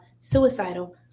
suicidal